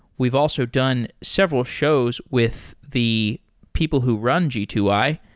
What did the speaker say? we've also done several shows with the people who run g two i,